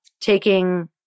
taking